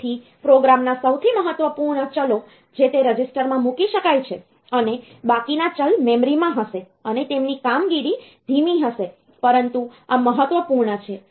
તેથી પ્રોગ્રામના સૌથી મહત્વપૂર્ણ ચલો જ તે રજીસ્ટરમાં મૂકી શકાય છે અને બાકીના ચલ મેમરીમાં હશે અને તેમની કામગીરી ધીમી હશે પરંતુ આ મહત્વપૂર્ણ છે